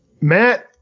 matt